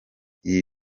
ibi